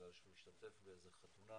בגלל שהוא השתתף באיזו חתונה